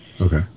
Okay